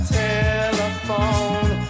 telephone